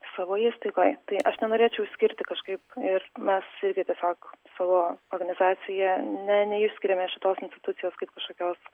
savo įstaigoj tai aš nenorėčiau išskirti kažkaip ir na susieti tiesiog su organizacija ne neišskiriame šitos institucijos kaip kažkokios